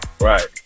Right